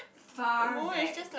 far back